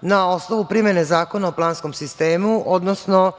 na osnovu primene Zakona o planskom sistemu, odnosno